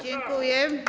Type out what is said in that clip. Dziękuję.